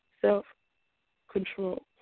self-control